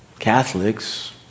Catholics